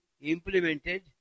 implemented